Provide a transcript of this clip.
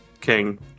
King